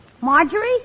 Marjorie